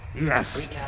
Yes